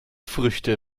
früchte